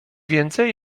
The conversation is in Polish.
więcej